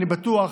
אני בטוח,